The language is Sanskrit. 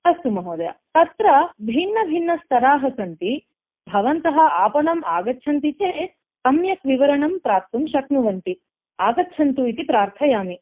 अस्तु महोदय तत्र भिन्न भिन्न स्तरा सन्ति भवन्त आपणम् आगच्छन्ति चेत् सम्यक् विवरणं प्राप्तुं शक्नुवन्ति आगच्छन्तु इति प्रार्थयामि